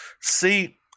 See